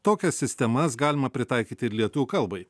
tokias sistemas galima pritaikyti ir lietuvių kalbai